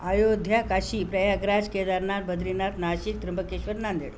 Ayodhya Kashi Prayagraj Kedarnath Badrinath Nashik Trimbakeshwar Nanded